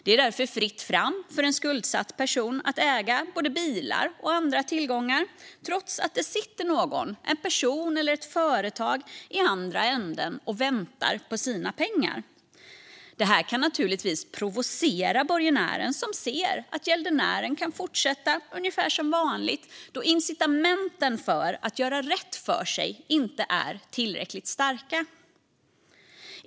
Det är därför fritt fram för en skuldsatt person att äga både bilar och andra tillgångar trots att det sitter en person eller ett företag i andra änden och väntar på sina pengar. Detta kan naturligtvis provocera borgenären, som ser att gäldenären kan fortsätta ungefär som vanligt då incitamenten för att göra rätt för sig inte är tillräckligt starka.